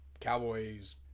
Cowboys